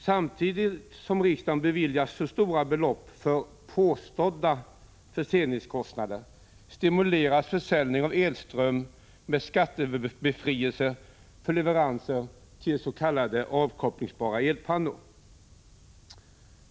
Samtidigt som riksdagen beviljar så stora belopp för påstådda förseningskostnader stimuleras försäljningen av elström med skattebefrielse för leverans till s.k. avkopplingsbara elpannor.